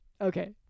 Okay